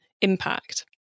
impact